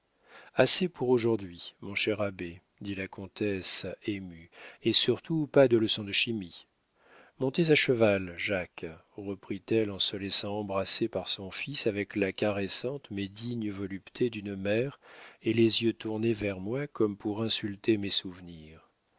assez pour aujourd'hui mon cher abbé dit la comtesse émue et surtout pas de leçon de chimie montez à cheval jacques reprit-elle en se laissant embrasser par son fils avec la caressante mais digne volupté d'une mère et les yeux tournés vers moi comme pour insulter mes souvenirs